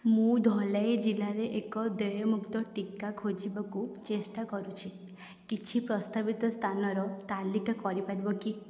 ମୁଁ ଧଲେଈ ଜିଲ୍ଲାରେ ଏକ ଦେୟମୁକ୍ତ ଟିକା ଖୋଜିବାକୁ ଚେଷ୍ଟା କରୁଛି କିଛି ପ୍ରସ୍ତାବିତ ସ୍ଥାନର ତାଲିକା କରିପାରିବ କି